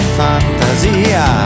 fantasia